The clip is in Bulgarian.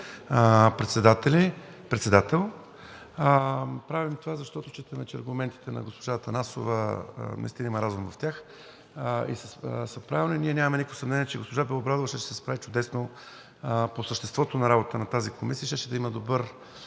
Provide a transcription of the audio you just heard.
заместник-председател. Правим това, защото считам, че в аргументите на госпожа Атанасова наистина има разум и са правилни. Ние нямаме никакво съмнение, че госпожа Белобрадова ще се справи чудесно по съществото на работата на тази комисия и щеше да има добър